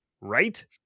right